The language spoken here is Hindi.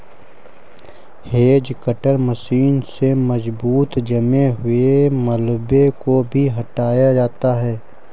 हेज कटर मशीन से मजबूत जमे हुए मलबे को भी हटाया जाता है